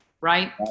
right